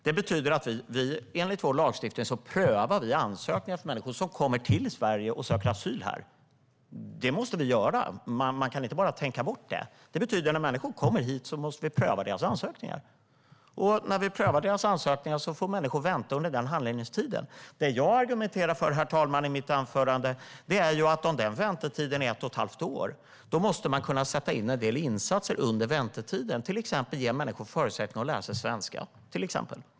Det betyder att vi enligt vår lagstiftning prövar ansökningar från människor som kommer till Sverige och söker asyl här. Det måste vi göra. Man kan inte bara tänka bort det. Det betyder att vi när människor kommer hit måste pröva deras ansökningar. När vi prövar ansökningarna får människor vänta under handläggningstiden. Det jag argumenterade för i mitt anförande, herr talman, var att man om den väntetiden är ett och ett halvt år måste kunna sätta in en del insatser under tiden, till exempel ge människor förutsättningar att läsa svenska.